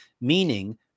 Meaning